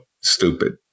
stupid